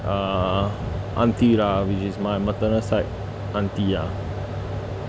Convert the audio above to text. uh auntie lah which is my maternal side auntie ah